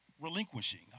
relinquishing